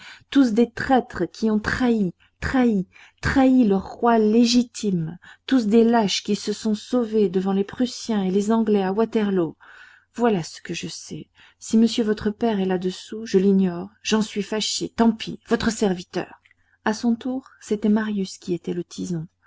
tous des traîtres qui ont trahi trahi trahi leur roi légitime tous des lâches qui se sont sauvés devant les prussiens et les anglais à waterloo voilà ce que je sais si monsieur votre père est là-dessous je l'ignore j'en suis fâché tant pis votre serviteur à son tour c'était marius qui était le